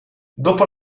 dopo